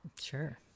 Sure